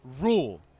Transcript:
rule